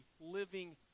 living